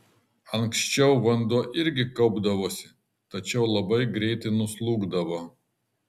anksčiau vanduo irgi kaupdavosi tačiau labai greitai nuslūgdavo